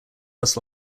west